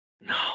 No